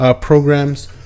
programs